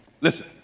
Listen